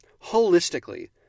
holistically